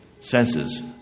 senses